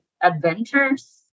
adventures